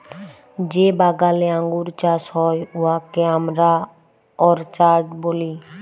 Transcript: যে বাগালে আঙ্গুর চাষ হ্যয় উয়াকে আমরা অরচার্ড ব্যলি